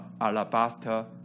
alabaster